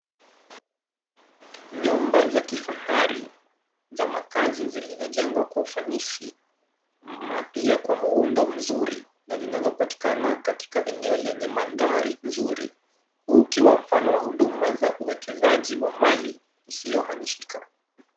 Nyumba za kifahari za makaazi zilizojengwa kwa ufanisi na pia kwa muundo mzuri na zinazopatikana katika eneo lenye mandhari nzuri. Huu ukiwa mfano wa uwekezaji wa mali isiyohamishika.